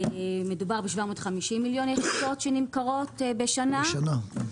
מדובר בכ-750 מיליון יחידות שנמכרות בשנה.